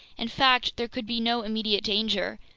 in fact, there could be no immediate danger.